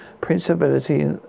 principality